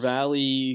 Valley